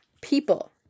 people